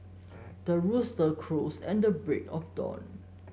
the rooster crows at the break of dawn